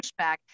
pushback